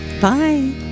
bye